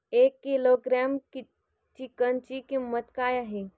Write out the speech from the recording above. एक किलोग्रॅम चिकनची किंमत काय आहे?